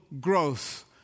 growth